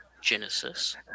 Genesis